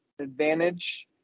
advantage